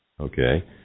Okay